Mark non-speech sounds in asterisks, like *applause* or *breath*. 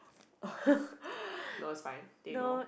*noise* *breath* that was fine they know